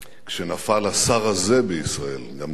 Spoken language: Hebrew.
כשנפל השר הזה בישראל גם כן,